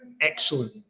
excellent